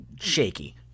shaky